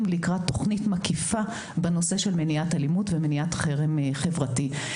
לקראת תוכנית מקיפה בנושא של מניעת אלימות ומניעת חרם חברתי.